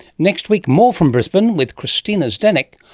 next week, more from brisbane, with christina zdenek,